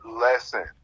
lesson